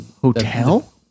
hotel